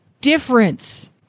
difference